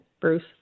bruce